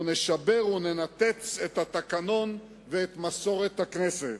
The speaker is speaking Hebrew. נשבר וננתץ את התקנון ואת מסורת הכנסת.